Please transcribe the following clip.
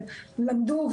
למדו,